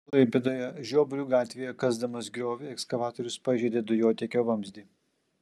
klaipėdoje žiobrių gatvėje kasdamas griovį ekskavatorius pažeidė dujotiekio vamzdį